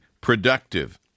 productive